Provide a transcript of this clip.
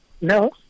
no